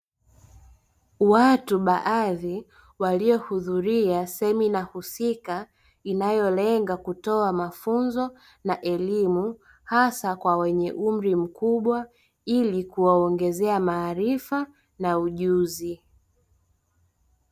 Watu baadhi waliohudhuria semina husika inayolenga kutoa mafunzo na elimu hasa kwa wenye umri mkubwa ili kuwaongezea maarifa na ujuzi.